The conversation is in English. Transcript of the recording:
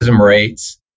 rates